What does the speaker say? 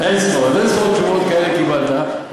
אין-ספור, אז אין-ספור תשובות כאלה קיבלת,